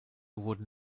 wurden